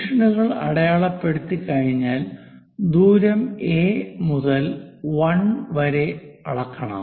ഡിവിഷനുകൾ അടയാളപ്പെടുത്തിയുകഴിഞ്ഞാൽ ദൂരം എ മുതൽ 1 വരെ അളക്കണം